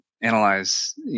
analyze